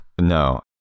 No